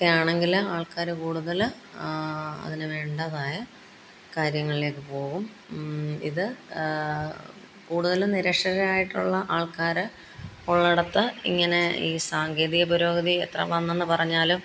ഒക്കെയാണെങ്കില് ആൾക്കാര് കൂടുതല് അതിനുവേണ്ടതായ കാര്യങ്ങളിലേക്ക് പോകും ഇത് കൂടുതലും നിരക്ഷരരായിട്ടുള്ള ആൾക്കാര് ഉള്ളിടത്ത് ഇങ്ങനെ ഈ സാങ്കേതി പുരോഗതി എത്ര വന്നെന്ന് പറഞ്ഞാലും